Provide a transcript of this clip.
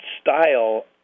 style